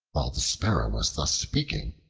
while the sparrow was thus speaking,